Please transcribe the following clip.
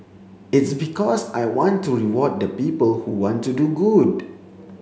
it's because I want to reward the people who want to do good